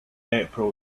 april